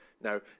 Now